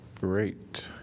great